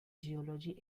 geology